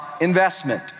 investment